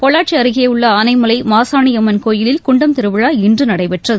பொள்ளாச்சி அருகே உள்ள ஆனைமலை மாசாணியம்மன் கோயிலில் குண்டம் திருவிழா இன்று நடைபெற்றது